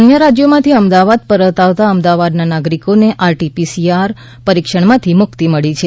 અન્ય રાજ્યોમાંથી અમદાવાદ પરત આવતા અમદાવાદનાં નાગરિકોને R T P C R test માંથી મુક્તિ મળી છે